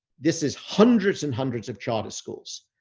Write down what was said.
this is hundreds and hundreds of charter schools,